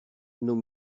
nos